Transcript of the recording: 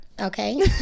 Okay